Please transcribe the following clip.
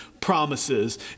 promises